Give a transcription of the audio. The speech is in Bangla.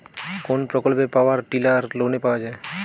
কোন প্রকল্পে পাওয়ার টিলার লোনে পাওয়া য়ায়?